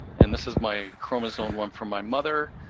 and this is my chromosome one from my mother,